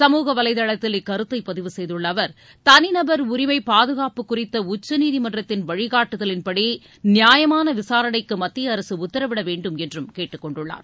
சமூக வலைதளத்தில் இக்கருத்தை பதிவு செய்துள்ள அவர் தனிநபர் உரிமை பாதுகாப்பு குறித்த உச்சநீதிமன்றத்தின் வழிகாட்டுதலின்படி நியாயமான விசாரணைக்கு மத்திய அரசு உத்தரவிட வேண்டும் என்றும் கேட்டுக் கொண்டுள்ளார்